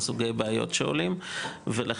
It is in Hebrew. מה סוגי הבעיות שעולות ולכן,